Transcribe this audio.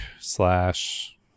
slash